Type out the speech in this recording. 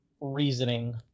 reasoning